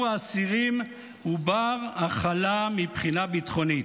האסירים הוא בר-הכלה מבחינה ביטחונית".